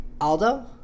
Aldo